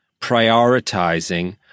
prioritizing